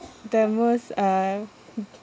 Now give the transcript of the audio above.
the most um